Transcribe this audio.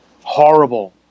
Horrible